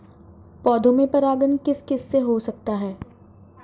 पौधों में परागण किस किससे हो सकता है?